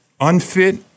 unfit